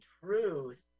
truth